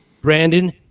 Brandon